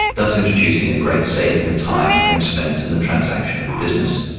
thus introducing a great saving of time and expense in the transaction of business.